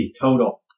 total